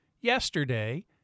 yesterday